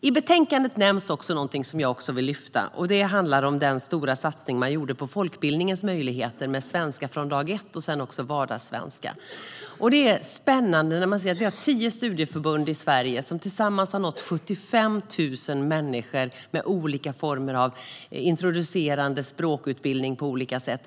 I betänkandet nämns någonting som jag också vill lyfta fram, och det handlar om den stora satsning som man gjorde på folkbildningens möjligheter med svenska från dag ett och även vardagssvenska. Det är spännande när man ser att vi har tio studieförbund i Sverige som tillsammans har nått 75 000 människor med olika former av introducerande språkutbildning på olika sätt.